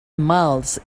miles